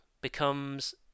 becomes